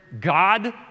God